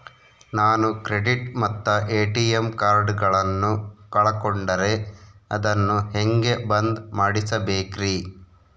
ನಾನು ಕ್ರೆಡಿಟ್ ಮತ್ತ ಎ.ಟಿ.ಎಂ ಕಾರ್ಡಗಳನ್ನು ಕಳಕೊಂಡರೆ ಅದನ್ನು ಹೆಂಗೆ ಬಂದ್ ಮಾಡಿಸಬೇಕ್ರಿ?